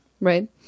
right